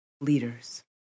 Leaders